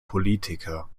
politiker